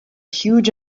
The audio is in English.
huge